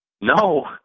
No